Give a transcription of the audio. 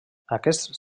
aquests